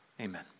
Amen